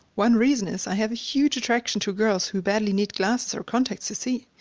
one reason is i have huge attraction to girls who badly need glasses or contacts to see.